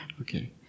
Okay